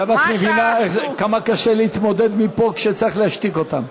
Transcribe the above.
עכשיו את מבינה כמה קשה להתמודד מפה כשצריך להשתיק אותם.